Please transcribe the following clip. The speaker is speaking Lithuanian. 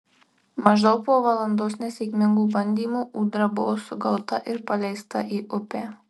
maždaug po valandos nesėkmingų bandymų ūdra buvo sugauta ir paleista į upę